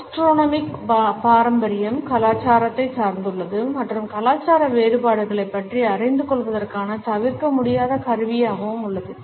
gastronomic பாரம்பரியம் கலாச்சாரத்தை சார்ந்துள்ளது மற்றும் கலாச்சார வேறுபாடுகளைப் பற்றி அறிந்து கொள்வதற்கான தவிர்க்க முடியாத கருவியாகவும் உள்ளது